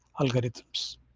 algorithms